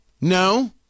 No